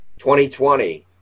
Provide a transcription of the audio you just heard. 2020